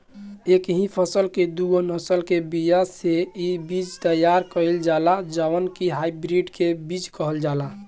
एकही फसल के दूगो नसल के बिया से इ बीज तैयार कईल जाला जवना के हाई ब्रीड के बीज कहल जाला